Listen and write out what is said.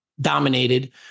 dominated